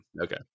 Okay